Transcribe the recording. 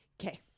Okay